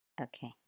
Okay